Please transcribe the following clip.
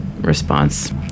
response